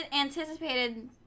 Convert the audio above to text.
anticipated